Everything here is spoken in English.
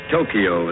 Tokyo